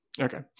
Okay